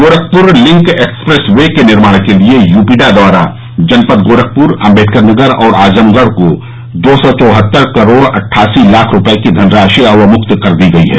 Gorakhpur link expressway के निर्माण के लिये यूपीडा द्वारा जनपद गोरखपुर अम्बेडकर नगर और आजमगढ़ को दो सौ चौहत्तर करोड़ अट्ठासी लाख रूपये की धनराशि अवमुक्त कर दी गई है